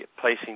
placing